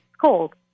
cold